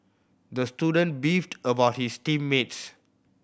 the student beefed about his team mates